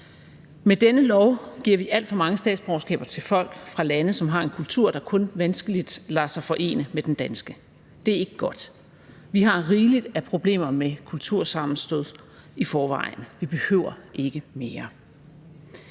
Med denne lov giver vi alt for mange statsborgerskaber til folk fra lande, som har en kultur, der kun vanskeligt lader sig forene med den danske. Det er ikke godt. Vi har rigeligt af problemer med kultursammenstød i forvejen – vi behøver ikke flere.